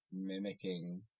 mimicking